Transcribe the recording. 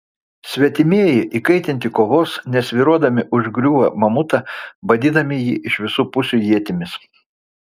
svetimieji įkaitinti kovos nesvyruodami užgriūva mamutą badydami jį iš visų pusių ietimis